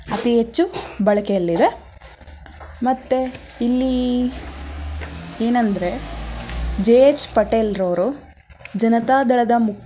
ಅತಿ ಹೆಚ್ಚು ಬಳಕೆಯಲ್ಲಿದೆ ಮತ್ತು ಇಲ್ಲಿ ಏನಂದರೆ ಜೆ ಎಚ್ ಪಟೇಲ್ರವರು ಜನತಾದಳದ ಮುಕ್